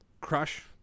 crush